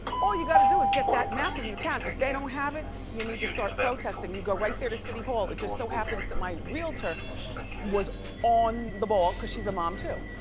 all you gotta do is get that map in your town. if they don't have it, you need to start protesting, you go right there to city hall, it just so happens that my realtor was on the ball, cause she's a mom too.